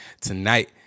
tonight